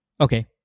Okay